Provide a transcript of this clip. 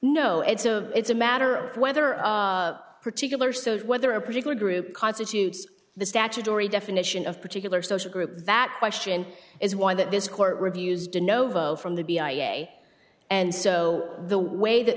no it's a it's a matter of whether particular so whether a particular group constitutes the statutory definition of particular social group that question is why that this court reviews de novo from the b i a and so the way that